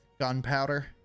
gunpowder